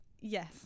yes